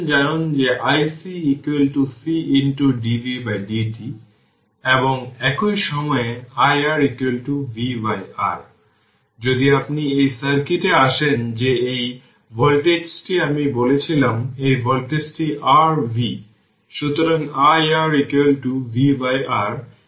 t τ হচ্ছে 03678 তখন এটি 2 τ 01353 হচ্ছে এবং তাই যখন 5 τ পর্যন্ত এটি 00067 হচ্ছে এটি 1 শতাংশের চেয়ে কম আসছে